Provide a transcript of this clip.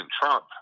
Trump